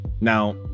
Now